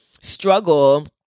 struggle